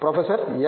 professor S